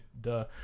Duh